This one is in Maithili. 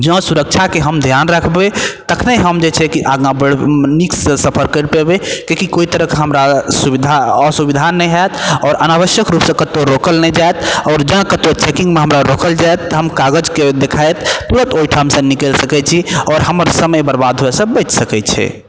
जँ सुरक्षाके हम ध्यान रखबै तखने हम जे छै कि आगा बढ़ नीकसँ सफर करि पेबै ताकि कोनो तरहक हमरा असुविधा नहि होयत आओर अनावश्यक रुपसँ कतौ रोकल नहि जायत आओर जँ कतौ चेकिंगमे हमरा रोकल जायत तऽ हम कागजके देखायब तुरत ओहिठामसँ निकलि सकै छी आओर हमर समय बर्बाद होयसँ बचि सकै छै